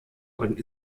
und